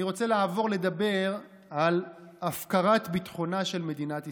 אני רוצה לעבור לדבר על הפקרת ביטחונה של מדינת ישראל.